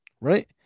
right